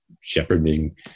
shepherding